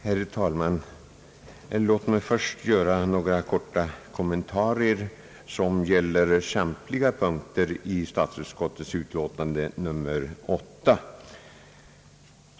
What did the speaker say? Herr talman! Låt mig först göra några korta kommentarer som gäller samtliga punkter i statsutskottets utlåtande nr 8.